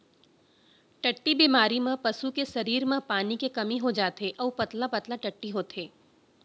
टट्टी बेमारी म पसू के सरीर म पानी के कमी हो जाथे अउ पतला पतला टट्टी होथे